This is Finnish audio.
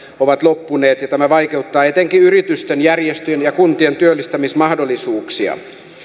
ovat loppuneet ja tämä vaikeuttaa etenkin yritysten järjestöjen ja kuntien työllistämismahdollisuuksia